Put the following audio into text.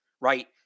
right